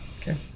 Okay